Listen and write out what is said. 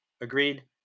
agreed